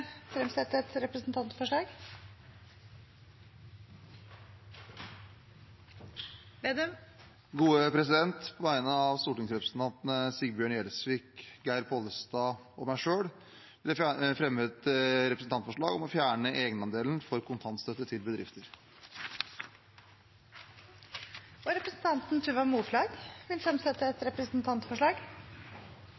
fremsette et representantforslag. På vegne av stortingsrepresentantene Sigbjørn Gjelsvik, Geir Pollestad og meg selv vil jeg fremme et representantforslag om å fjerne egenandelen for kontantstøtte til bedrifter. Representanten Tuva Moflag vil fremsette et